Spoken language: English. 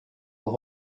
will